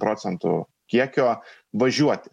procentų kiekio važiuoti